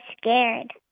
scared